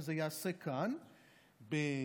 וזה ייעשה כאן בתנאים,